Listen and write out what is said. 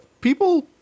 people